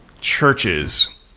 churches